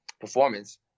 performance